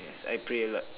I pray a lot